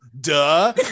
duh